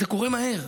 זה קורה מהר,